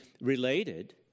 related